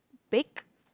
bake